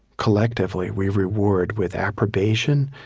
collectively, we reward with approbation,